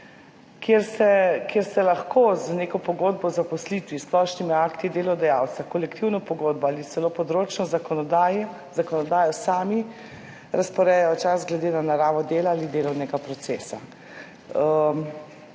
kjer lahko z neko pogodbo o zaposlitvi s splošnimi akti delodajalca, kolektivno pogodbo ali celo področno zakonodajo sami razporejajo čas glede na naravo dela ali delovnega procesa,